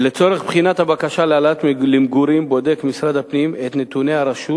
לצורך בחינת הבקשה להעלאה למגורים בודק משרד הפנים את נתוני הרשות